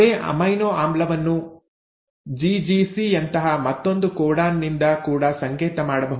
ಅದೇ ಅಮೈನೊ ಆಮ್ಲವನ್ನು ಜಿಜಿಸಿ ಯಂತಹ ಮತ್ತೊಂದು ಕೋಡಾನ್ ನಿಂದ ಕೂಡ ಸಂಕೇತ ಮಾಡಬಹುದು